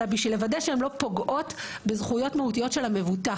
אלא בשביל לוודא שהן לא פוגעות בזכויות מהותיות של המבוטח,